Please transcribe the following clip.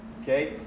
okay